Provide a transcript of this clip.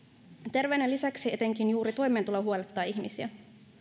terveyden lisäksi etenkin juuri toimeentulo huolettaa ihmisiä